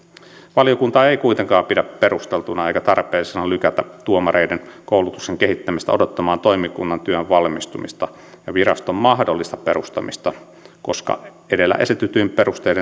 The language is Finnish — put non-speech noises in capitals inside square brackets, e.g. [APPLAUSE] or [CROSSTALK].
valiokunta ei kuitenkaan pidä perusteltuna eikä tarpeellisena lykätä tuomareiden koulutuksen kehittämistä odottamaan toimikunnan työn valmistumista ja viraston mahdollista perustamista koska edellä esitetyin perustein [UNINTELLIGIBLE]